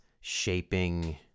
shaping